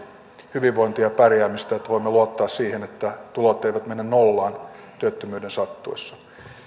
hyvinvointia ja pärjäämistä että voimme luottaa siihen että tulot eivät mene nollaan työttömyyden sattuessa